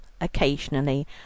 occasionally